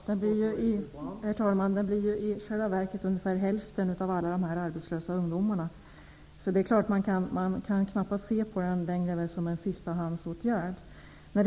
Herr talman! Ja, det blir i själva verket ungefär hälften av dessa arbetslösa ungdomar som här kommer i fråga. Man kan därför knappast längre se ungdomspraktik som en sistahandsåtgärd.